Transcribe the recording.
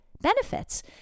benefits